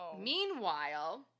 meanwhile